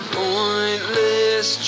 pointless